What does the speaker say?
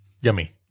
Yummy